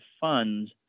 funds